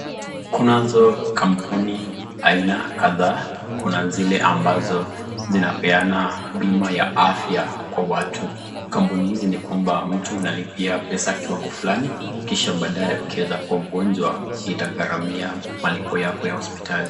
Kunazo kampuni aina kadhaa. Kuna zile ambazo zinapeana bima ya afya kwa watu. Kampuni hizi ni kwamba mtu unalipia pesa kiwango fulani kisha baadaye ukiweza kuwa mgonjwa itagharamia malipo yako ya hospitali.